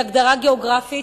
היא הגדרה גיאוגרפית,